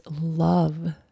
love